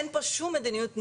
אין פה שום מדיניות נגד.